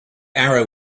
arrow